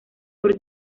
sur